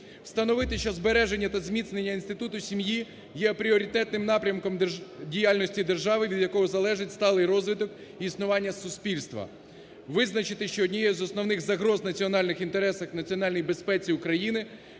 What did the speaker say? встановити, що збереження та зміцнення інституту сім'ї є пріоритетним напрямком діяльності держави, від якого залежить сталий розвиток і існування суспільства. Визначити, що однією з основних загроз національних інтересів, національній безпеці України